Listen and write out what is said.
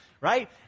Right